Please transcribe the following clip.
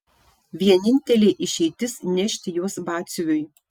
vienintelė išeitis nešti juos batsiuviui